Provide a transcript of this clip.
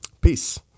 Peace